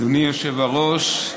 אדוני היושב-ראש,